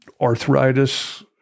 Arthritis